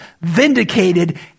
vindicated